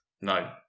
No